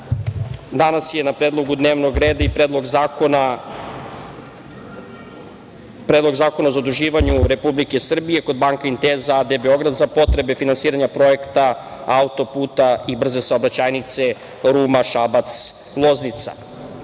danas je na predlogu dnevnog reda i Predlog zakona o zaduživanju Republike Srbije kod Banka Inteza. A.D, Beograd za potrebe finansiranja projekta auto-puta i brze saobraćajnice Ruma-Šaba-Loznica.